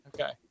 Okay